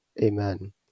Amen